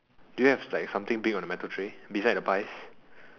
do you have like something big on the metal tray beside the pies